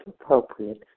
appropriate